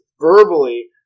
verbally